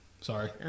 Sorry